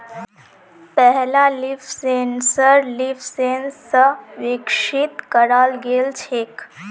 पहला leaf sensor LeafSens स विकसित कराल गेल छेक